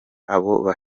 ngo